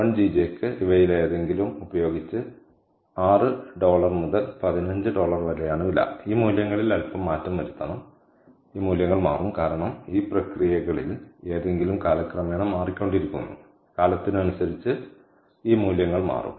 1 ജിജെയ്ക്ക് ഇവയിലേതെങ്കിലും ഉപയോഗിച്ച് 6 ഡോളർ മുതൽ 15 ഡോളർ വരെയാണ് വില ഈ മൂല്യങ്ങളിൽ അൽപ്പം മാറ്റം വരുത്തണം ഈ മൂല്യങ്ങൾ മാറും കാരണം ഈ പ്രക്രിയകളിൽ ഏതെങ്കിലും കാലക്രമേണ മാറിക്കൊണ്ടിരിക്കുന്നു കാലത്തിനനുസരിച്ച് ഈ മൂല്യങ്ങൾ മാറും